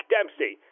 Dempsey